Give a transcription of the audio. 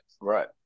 right